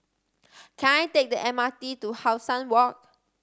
can I take the M R T to How Sun Walk